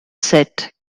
sept